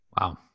Wow